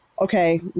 okay